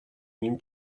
nim